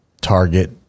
Target